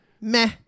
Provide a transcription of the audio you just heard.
meh